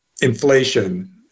inflation